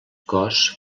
cos